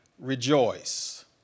Rejoice